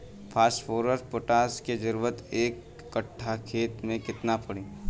Phosphorus potash के जरूरत एक कट्ठा खेत मे केतना पड़ी?